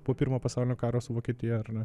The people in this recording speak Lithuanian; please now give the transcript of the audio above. po pirmo pasaulinio karo su vokietija ar ne